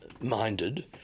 minded